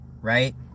right